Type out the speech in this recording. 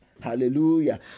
hallelujah